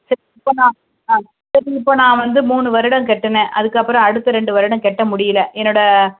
சரி இப்போ நான் ஆ சரி இப்போ நான் வந்து மூணு வருடம் கட்டினேன் அதுக்கப்புறோம் அடுத்த ரெண்டு வருடம் கட்ட முடியிலை என்னோடய